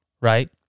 right